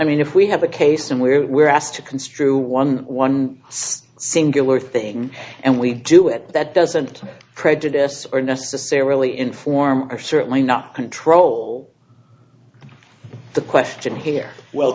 mean if we have a case and we are asked to construe one one singular thing and we do it that doesn't prejudice or necessarily inform or certainly not control the question here well